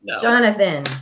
Jonathan